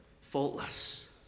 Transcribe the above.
faultless